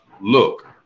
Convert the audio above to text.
Look